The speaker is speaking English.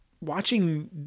watching